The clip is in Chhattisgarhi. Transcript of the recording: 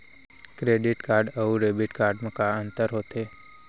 क्रेडिट कारड अऊ डेबिट कारड मा का अंतर होथे?